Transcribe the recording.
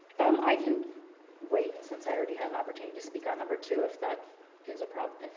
um i can wait since i already had an opportunity to speak on number two, if that is a problem.